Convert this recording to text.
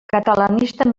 catalanista